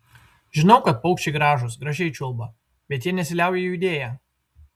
žinau kad paukščiai gražūs gražiai čiulba bet jie nesiliauja judėję